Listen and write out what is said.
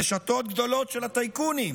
הרשתות הגדולות של הטייקונים.